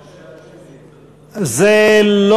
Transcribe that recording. זה החוק של הצ'יינג'?